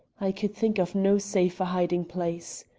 i could think of no safer hiding-place.